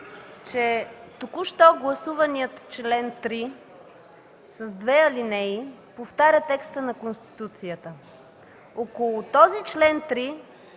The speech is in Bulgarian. че току-що гласуваният чл. 3 с две алинеи повтаря текста на Конституцията. Около чл. 3